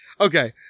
Okay